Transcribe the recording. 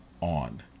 on